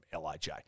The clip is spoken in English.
LIJ